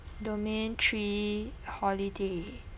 domain three holiday